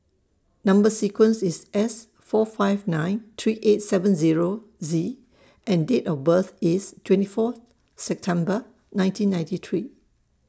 Number sequence IS S four five nine three eight seven Zero Z and Date of birth IS twenty four September nineteen ninety three